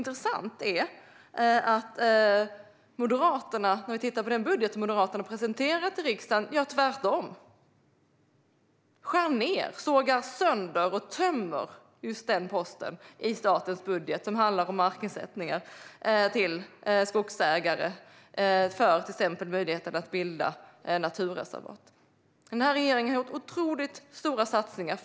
Intressant är att Moderaterna i den budget som de har presenterat i riksdagen gör tvärtom - man skär ned, sågar sönder och tömmer just den post i statens budget som handlar om markersättningar till skogsägare för till exempel möjligheten att bilda naturreservat. Den här regeringen har gjort otroligt stora satsningar.